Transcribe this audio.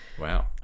Wow